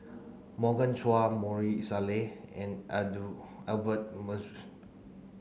Morgan Chua Maarof Salleh and Albert